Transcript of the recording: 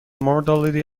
mortality